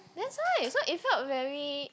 that's why so it felt very